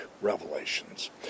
revelations